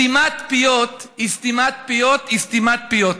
סתימת פיות היא סתימת פיות היא סתימת פיות,